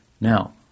Now